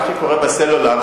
מה שקורה בסלולר,